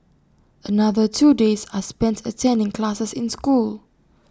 another two days are spent attending classes in school